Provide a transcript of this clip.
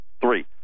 Three